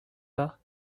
pas